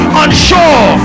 unsure